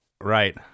Right